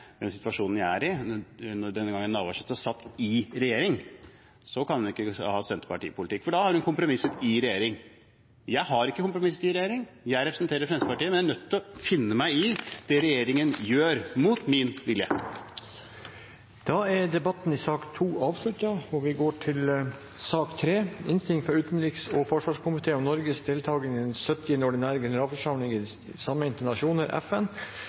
den situasjonen jeg er i. Den gang Navarsete satt i regjering, kunne hun ikke ha Senterparti-politikk, for da har hun kompromisset i regjering. Jeg har ikke kompromisset i regjering. Jeg representerer Fremskrittspartiet, og jeg er nødt til å finne meg i det regjeringen gjør – mot min vilje. Flere har ikke bedt om ordet til sak nr. 2. Etter ønske fra utenriks- og forsvarskomiteen vil presidenten foreslå at taletiden blir begrenset til 5 minutter til hver partigruppe og